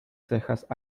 cejas